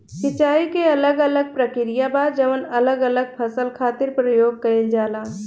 सिंचाई के अलग अलग प्रक्रिया बा जवन अलग अलग फसल खातिर प्रयोग कईल जाला